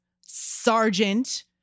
sergeant